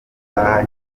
ubumenyi